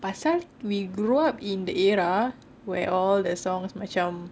pasal we grow up in the era where all the songs macam